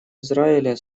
израиля